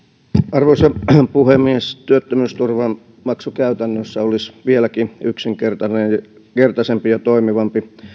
arvoisa puhemies työttömyysturvan maksukäytännössä olisi vieläkin yksinkertaisempi yksinkertaisempi ja toimivampi